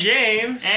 James